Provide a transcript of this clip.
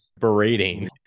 berating